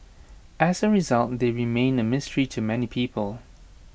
as A result they remain A mystery to many people